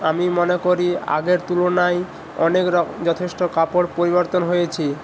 আমি মনে করি আগের তুলনায় অনেক রকম যথেষ্ট কাপড় পরিবর্তন হয়েছে